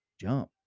jump